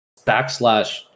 backslash